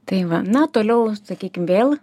tai va na toliau sakykim vėl